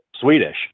Swedish